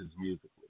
musically